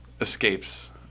escapes